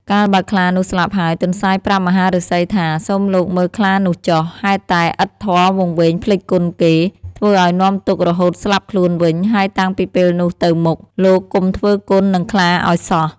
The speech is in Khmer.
កាលបើខ្លានោះស្លាប់ហើយ ទន្សាយប្រាប់មហាឫសីថា សូមលោកមើលខ្លានោះចុះ ហេតុតែឥតធម៌វង្វេងភ្លេចគុណគេ ធ្វើឱ្យនាំទុក្ខរហូតស្លាប់ខ្លួនវិញ ហើយតាំងពីពេលនេះទៅមុខ លោកកុំធ្វើគុណនឹងខ្លាឱ្យសោះ។